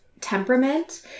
temperament